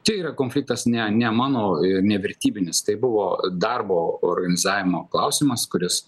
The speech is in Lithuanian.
tai yra konfliktas ne ne mano ir nevertybinis tai buvo darbo organizavimo klausimas kuris